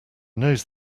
knows